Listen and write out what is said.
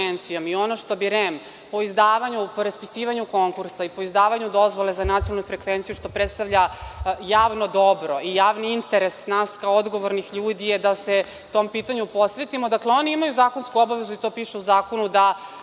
i ono što bi REM u izdavanju po raspisivanju konkursa i po izdavanju dozvole za nacionalnu frekvenciju što predstavlja javno dobro i javni interes nas kao odgovornih ljudi, je da se tom pitanju posvetimo. Oni imaju zakonsku obavezu, to piše u zakonu da